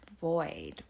void